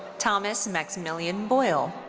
thomas maximilian boyle.